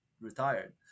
retired